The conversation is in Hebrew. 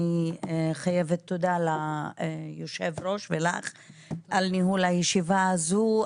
אני חייבת תודה ליושב-ראש ולך על ניהול הישיבה הזו.